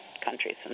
countries